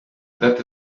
that